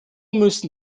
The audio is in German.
müssen